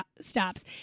stops